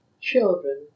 children